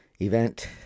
event